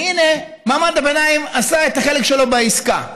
והינה, מעמד הביניים עשה את החלק שלו בעסקה.